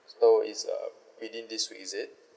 so it's um within this week is it